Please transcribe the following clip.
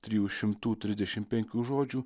trijų šimtų trisdešim penkių žodžių